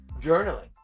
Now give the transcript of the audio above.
journaling